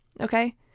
okay